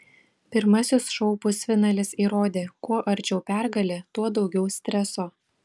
pirmasis šou pusfinalis įrodė kuo arčiau pergalė tuo daugiau streso